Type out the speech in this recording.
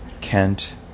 Kent